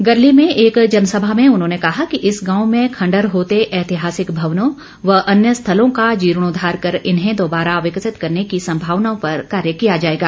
गरली में एक जनसभा में उन्होंने कहा कि इस गांव में खण्डहर होते ऐतिहासिक भवनों व अन्य स्थलों का जीर्णोद्वार कर इन्हें दोबारा विकसित करने की संभावनाओं पर कार्य किया जाएगा